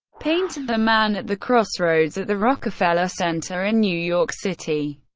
painted the man at the crossroads at the rockefeller center in new york city,